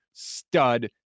Stud